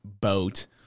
boat